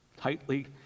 tightly